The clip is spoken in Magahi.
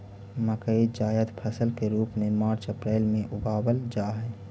मकई जायद फसल के रूप में मार्च अप्रैल में उगावाल जा हई